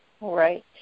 Right